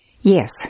Yes